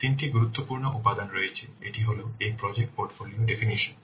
তিনটি গুরুত্বপূর্ণ উপাদান রয়েছে একটি হল এই প্রজেক্ট পোর্টফোলিও সংজ্ঞা